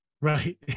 Right